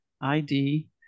ID